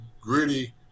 gritty